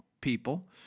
people